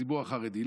בציבור החרדי?